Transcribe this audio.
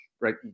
right